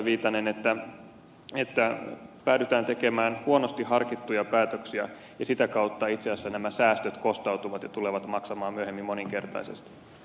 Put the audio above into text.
viitanen että päädytään tekemään huonosti harkittuja päätöksiä ja sitä kautta itse asiassa nämä säästöt kostautuvat ja tulevat maksamaan myöhemmin moninkertaisesti